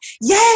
yay